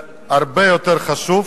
והרבה יותר חשוב,